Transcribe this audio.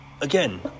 again